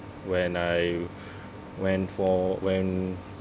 when I went for when